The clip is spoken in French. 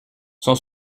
son